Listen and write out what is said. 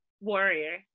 Warrior